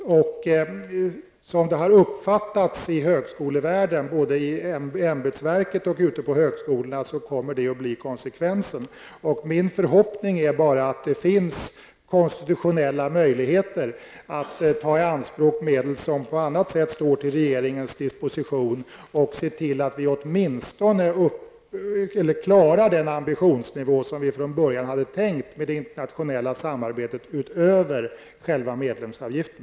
I högskolevärlden -- både på ämbetsverket och ute på högskolorna -- har man uppfattningen att det kommer att bli konsekvensen. Min förhoppning är att det finns konstitutionella möjligheter att ta i anspråk medel som på annat sätt står till regeringens disposition, och se till att vi åtminstone klarar den ambitionsnivå som vi från början hade tänkt med det internationella samarbetet, utöver själva medlemsavgiften.